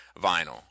vinyl